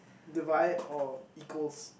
divide or equals